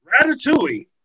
Ratatouille